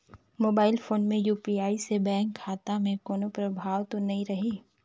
Mobile phone UPI यू.पी.आई से bank खाता मे कोनो प्रभाव तो नइ रही?